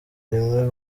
rimwe